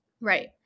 Right